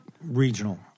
Regional